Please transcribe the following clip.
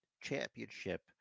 championship